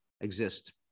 exist